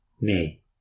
Nay